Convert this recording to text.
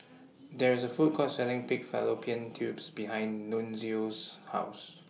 There IS A Food Court Selling Pig Fallopian Tubes behind Nunzio's House